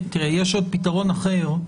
יש עוד פתרון אחר,